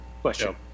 question